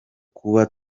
kuba